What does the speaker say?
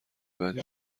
بدی